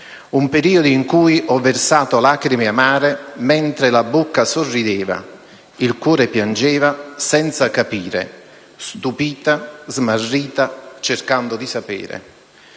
un periodo in cui ho versato lacrime amare, mentre la bocca sorrideva, il cuore piangeva senza capire, stupita, smarrita, cercando di sapere.